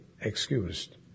excused